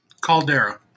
Caldera